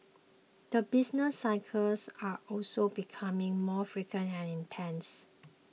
the business cycles are also becoming more frequent and intense